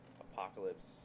apocalypse